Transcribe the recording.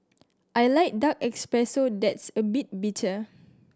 I like dark espresso that's a bit bitter